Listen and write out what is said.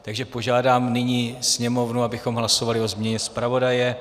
Takže požádám nyní Sněmovnu, abychom hlasovali o změně zpravodaje.